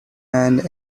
and